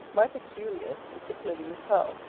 my peculiars, particularly miss howe,